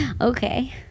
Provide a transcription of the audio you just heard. Okay